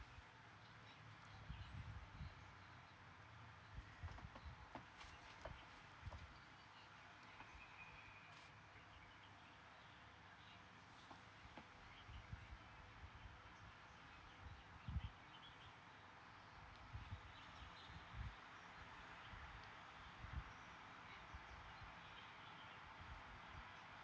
oh oh